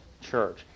church